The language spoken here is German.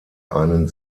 einen